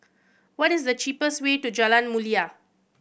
what is the cheapest way to Jalan Mulia